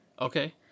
Okay